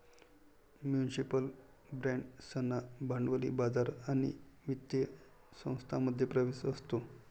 municipal बाँड्सना भांडवली बाजार आणि वित्तीय संस्थांमध्ये प्रवेश असतो